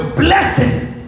blessings